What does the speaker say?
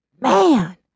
Man